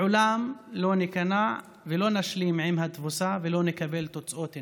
לעולם לא ניכנע ולא נשלים עם התבוסה ולא נקבל את תוצאות אל-נכבה.